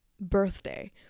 birthday